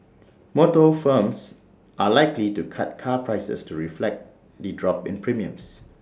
motor firms are likely to cut car prices to reflect the drop in premiums